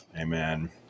Amen